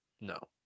No